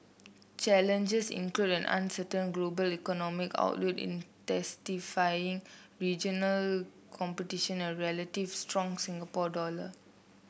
challengers include an uncertain global economic outlook intensifying regional competition and a relatively strong Singapore dollar